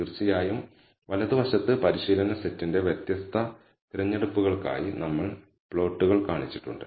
തീർച്ചയായും വലതുവശത്ത് പരിശീലന സെറ്റിന്റെ വ്യത്യസ്ത തിരഞ്ഞെടുപ്പുകൾക്കായി നമ്മൾ പ്ലോട്ടുകൾ കാണിച്ചിട്ടുണ്ട്